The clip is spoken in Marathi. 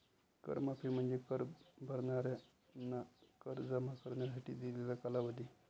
कर माफी म्हणजे कर भरणाऱ्यांना कर जमा करण्यासाठी दिलेला कालावधी